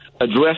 address